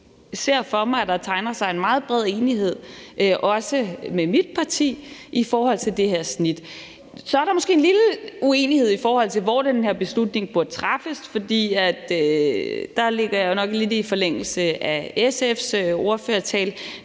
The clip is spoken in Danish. ser for mig, at der tegner sig en meget bred enighed også med mit parti i forhold til det her snit. Så er der måske en lille uenighed, i forhold til hvor den her beslutning burde træffes, for der ligger jeg nok lidt i forlængelse af SF's ordfører,